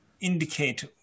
indicate